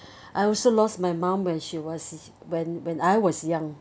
I also lost my mom when she was when when I was young